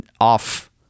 off